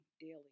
daily